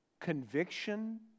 conviction